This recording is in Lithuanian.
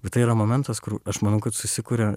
bet tai yra momentas kur aš manau kad susikuria